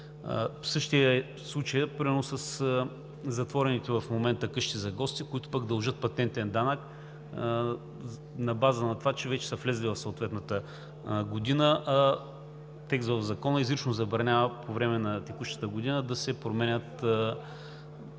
Същият е случаят примерно със затворените в момента къщи за гости, които пък дължат патентен данък на базата на това, че вече са влезли в съответната година, а текстът в Закона изрично забранява по време на текущата година да се променят